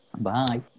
Bye